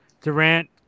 Durant